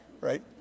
right